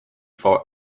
for